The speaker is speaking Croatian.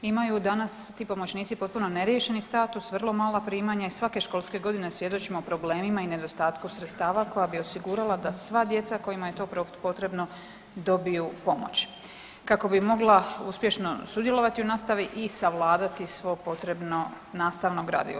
Imaju danas ti pomoćnici potpuno neriješeni status, vrlo mala primanja i svake školske godine svjedočimo problemima i nedostatku sredstava koja bi osigurala da sva djeca kojima je to potrebno dobiju pomoć kako bi mogla uspješno sudjelovati u nastavi i savladati svo potrebno nastavno gradivo.